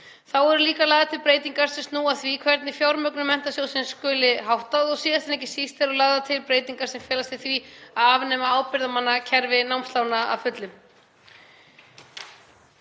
Þá eru líka lagðar til breytingar sem snúa að því hvernig fjármögnun Menntasjóðs námsmanna skuli háttað og síðast en ekki síst eru lagðar til breytingar sem felast í því að afnema ábyrgðarmannakerfi námslána að fullu.